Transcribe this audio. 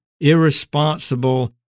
irresponsible